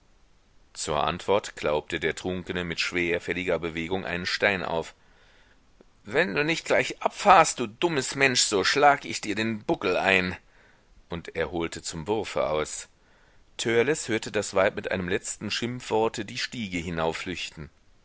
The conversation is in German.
zur antwort klaubte der trunkene mit schwerfälliger bewegung einen stein auf wenn du nicht gleich abfahrst du dummes mensch so schlag ich dir den buckel ein und er holte zum wurfe aus törleß hörte das weib mit einem letzten schimpfworte die stiege